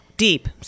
Deep